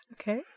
Okay